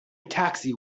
taxi